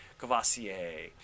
Cavassier